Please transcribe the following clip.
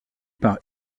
par